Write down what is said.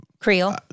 Creole